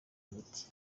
imiti